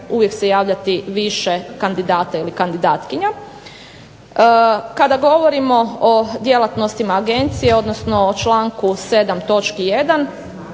uvijek se javljati više kandidata ili kandidatkinja. Kada govorimo o djelatnostima agencije odnosno o članku 7.